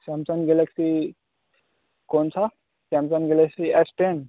Samsung Galaxy कौन सा Samsung Galaxy S ten